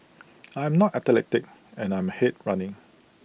I am not athletic and I'm hate running